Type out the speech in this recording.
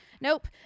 nope